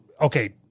okay